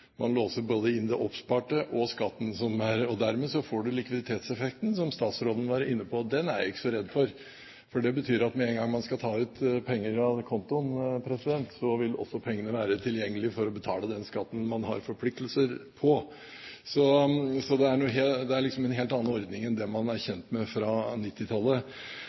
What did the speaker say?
man låser inn hele beløpet. Man låser inn både det oppsparte og skatten, og dermed får man likviditetseffekten, som statsråden var inne på. Den er jeg ikke så redd for, for det betyr at med en gang man skal ta ut penger av kontoen, vil også pengene være tilgjengelige for å betale den skatten man har forpliktelser til. Det er altså en helt annen ordning enn det man er vant med fra